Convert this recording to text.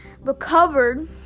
recovered